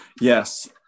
Yes